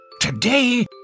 Today